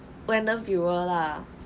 random viewer lah